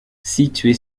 situé